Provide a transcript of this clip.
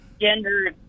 gender